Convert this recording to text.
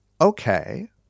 okay